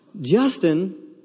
Justin